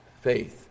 faith